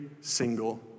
single